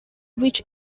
which